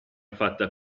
fatta